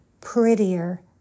prettier